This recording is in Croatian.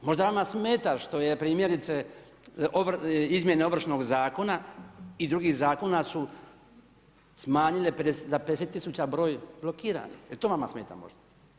Možda vama smeta, što je primjerice, izmjene ovršnog zakona i drugih zakona su smanjile za 50000 broj blokiranih, jel to vama, smeta možda?